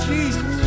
Jesus